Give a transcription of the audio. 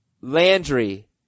Landry